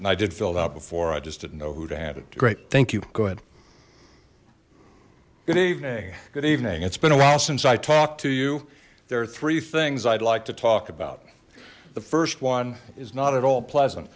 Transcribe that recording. and i did filled out before i just didn't know who to add it great thank you go ahead good evening good evening it's been a while since i talked to you there are three things i'd like to talk about the first one is not at all pleasant